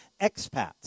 expats